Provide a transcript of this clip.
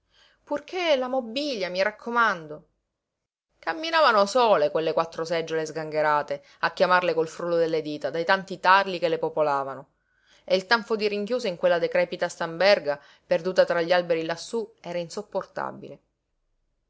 purché la mobilia mi raccomando camminavano sole quelle quattro seggiole sgangherate a chiamarle col frullo delle dita dai tanti tarli che le popolavano e il tanfo di rinchiuso in quella decrepita stamberga perduta tra gli alberi lassù era insopportabile